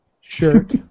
shirt